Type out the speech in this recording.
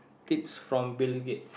tips from Bill-Gates